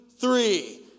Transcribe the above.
three